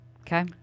okay